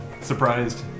Surprised